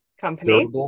company